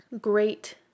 great